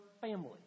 family